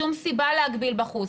שום סיבה להגביל בחוץ,